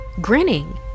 Grinning